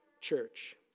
church